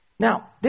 Now